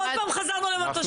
עוד פעם חזרנו למטושים.